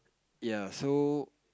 ya so